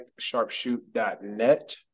sharpshoot.net